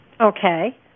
Okay